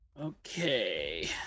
Okay